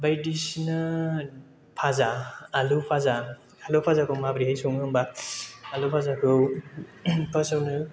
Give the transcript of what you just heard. बायदिसिना फाजा आलु फाजा आलु फाजाखौ माबोरैहाय सङो होनब्ला आलु फाजाखौ फार्स्ट आवनो